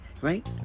right